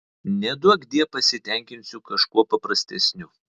neduokdie pasitenkinsiu kažkuo paprastesniu